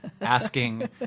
asking